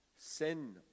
sin